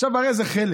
עכשיו, הרי זה חלם.